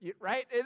right